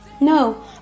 no